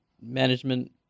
management